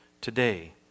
Today